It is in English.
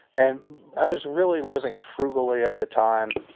and i was really living frugally at the time.